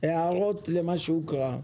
הערות למה שהוקרא.